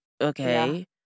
okay